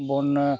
ᱵᱚᱱ